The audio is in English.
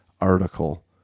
article